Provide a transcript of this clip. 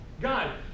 God